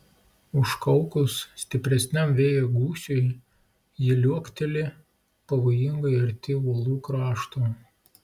užkaukus stipresniam vėjo gūsiui ji liuokteli pavojingai arti uolų krašto